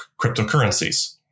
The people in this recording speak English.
cryptocurrencies